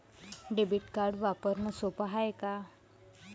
Debit card वापरणं सोप हाय का?